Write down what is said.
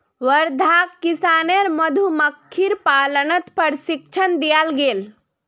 वर्धाक किसानेर मधुमक्खीर पालनत प्रशिक्षण दियाल गेल